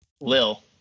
Lil